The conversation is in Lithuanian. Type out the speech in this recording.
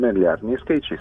milijardiniais skaičiais